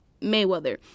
Mayweather